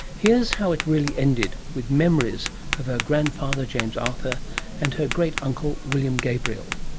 here's how it really ended, with memories of her grandfather james arthur and her great-uncle william gabriel.